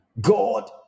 God